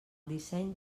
disseny